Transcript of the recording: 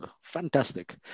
fantastic